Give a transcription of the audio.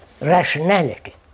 rationality